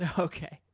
and okay.